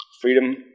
Freedom